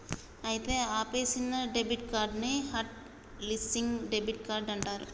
అయితే ఆపేసిన debit card ని హట్ లిస్సింగ్ డెబిట్ కార్డ్ అంటారు